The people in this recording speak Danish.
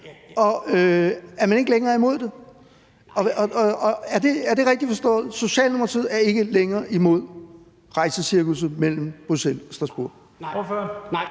og at man ikke længere er imod det. Er det rigtigt forstået, at Socialdemokratiet ikke længere er imod rejsecirkusset mellem Bruxelles og Strasbourg?